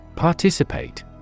Participate